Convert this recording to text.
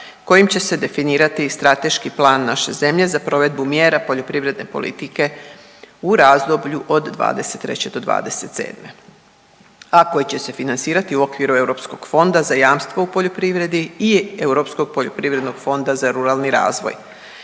kojim će se definirati i strateški plan naše zemlje za provedbu mjera poljoprivredne politike u razdoblju od 2023. do 2027. a koji će se financirati u okviru Europskog fonda za jamstvo u poljoprivredi i Europskog poljoprivrednog fonda za ruralni razvoj.